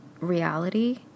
reality